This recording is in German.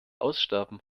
aussterben